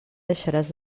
deixaràs